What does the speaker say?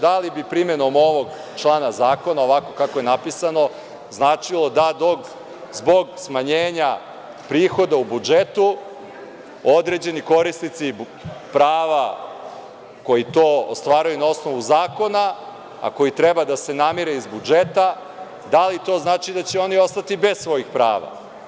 Da li bi primenom ovog člana zakona, ovako kako je napisano značili da zbog smanjenja prihoda u budžetu određeni korisnici prava koji to ostvaruju na osnovu zakona, a koji treba da se namire iz budžeta, da li to znači da će oni ostati bez svojih prava.